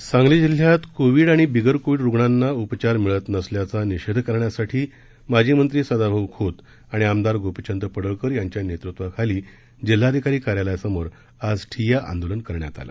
आहेत सांगली जिल्ह्यात कोविड आणि बिगरकोविड रुग्णांना उपचार मिळत नसल्याचा निषेध करण्यासाठी माजी मंत्री सदाभाऊ खोत आणि आमदार गोपीचंद पडळकर यांच्या नेतृत्वाखाली जिल्हाधिकारी कार्यालयासमोर आज ठिय्या आंदोलन करण्यात आलं